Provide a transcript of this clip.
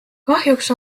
kahjuks